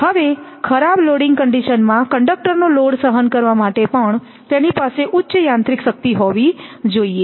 હવે ખરાબ loading condition માં કંડકટર નો લોડ સહન કરવા માટે પણ તેની પાસે ઉચ્ચ યાંત્રિક શક્તિ હોવી જોઈએ